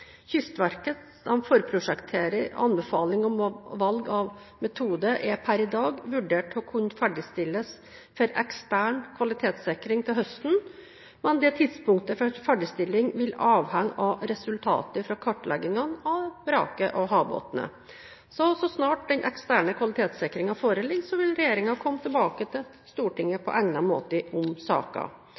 anbefaling om valg av metode er per i dag vurdert til å kunne ferdigstilles for en ekstern kvalitetssikring til høsten, men tidspunktet for ferdigstilling vil avhenge av resultatet fra kartleggingene av vraket og havbunnen. Så snart den eksterne kvalitetssikringen foreligger, vil regjeringen komme tilbake til Stortinget på egnet måte om